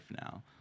now